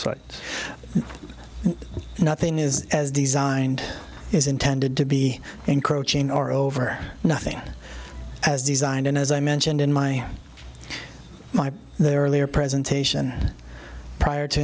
site nothing is as designed is intended to be encroaching or over nothing as designed and as i mentioned in my mind the earlier presentation prior to